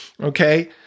Okay